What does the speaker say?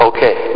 Okay